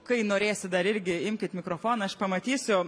kai norėsit dar irgi imkit mikrofoną aš pamatysiu